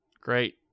Great